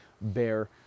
bear